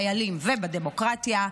בחיילים ובדמוקרטיה,